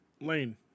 lane